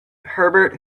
herbert